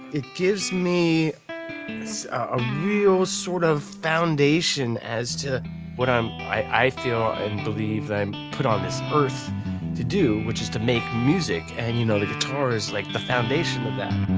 it gives me a real sort of foundation as to what i feel and believe i'm put on this earth to do which is to make music. and you know the guitar is like the foundation of that.